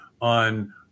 on